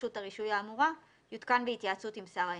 רשות הרישוי האמורה יותקן בהתייעצות עם שר האנרגיה.